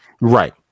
Right